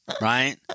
right